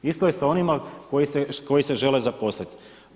Isto je sa onima koji se žele zaposliti.